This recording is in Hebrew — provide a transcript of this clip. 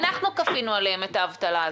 אנחנו כפינו עליהם את האבטלה הזו.